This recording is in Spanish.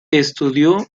estudió